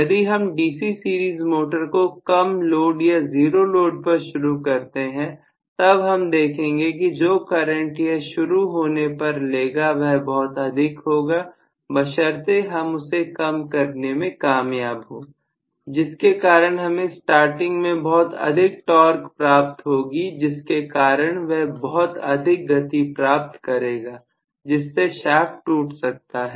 यदि हम DC series motor को कम लोड या जीरो लोड पर शुरू करते हैं तब हम देखेंगे कि जो करंट यह शुरू होने पर लेगा वह बहुत अधिक होगा बशर्ते हम उसे कम करने में कामयाब हो जिसके कारण हमें स्टार्टिंग में बहुत अधिक टॉर्च प्राप्त होगी जिसके कारण वह बहुत अधिक गति प्राप्त करेगा जिससे शाफ्ट टूट सकता है